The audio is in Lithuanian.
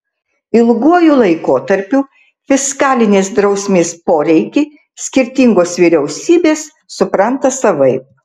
ilguoju laikotarpiu fiskalinės drausmės poreikį skirtingos vyriausybės supranta savaip